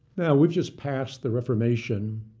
now we've just passed the reformation